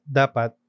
dapat